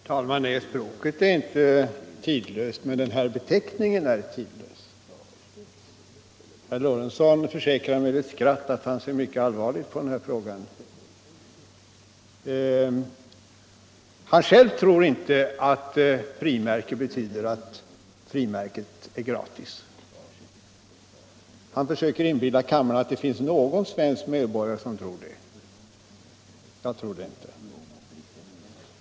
Herr talman! Nej, språket är inte tidlöst, men beteckningen frimärke är tidlös. Herr Lorentzon försäkrar med ett skratt att han ser mycket allvarligt på denna fråga. Han själv tror inte att beteckningen frimärke betyder att frimärket är gratis. Han försöker inbilla kammaren att det finns någon svensk medborgare som tror det. Jag tror det inte.